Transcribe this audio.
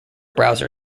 browser